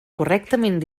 correctament